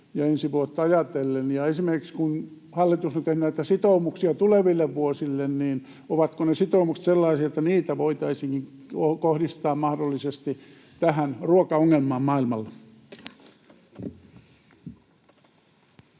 ja ensi vuotta ajatellen. Esimerkiksi, kun hallitus on tehnyt sitoumuksia tuleville vuosille, niin ovatko ne sitoumukset sellaisia, että niitä voitaisiin kohdistaa mahdollisesti tähän ruokaongelmaan maailmalla?